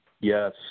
yes